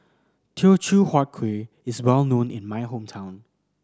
Teochew Huat Kuih is well known in my hometown